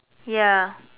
ya